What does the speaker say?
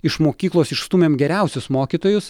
iš mokyklos išstūmėm geriausius mokytojus